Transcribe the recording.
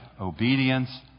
obedience